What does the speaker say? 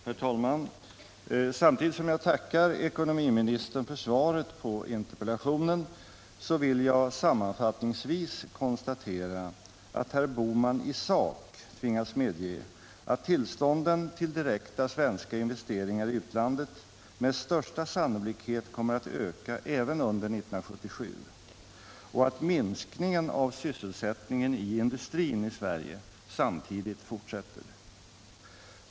Herr talman! På samma gång som jag tackar ekonomiministern för svaret på interpellationen vill jag sammanfattningsvis konstatera att herr Bohman i sak tvingas medge, att tillstånden till direkta svenska investeringar i utlandet med största sannolikhet kommer att öka även under 1977 och att minskningen av sysselsättningen i industrin i Sverige sam tidigt fortsätter.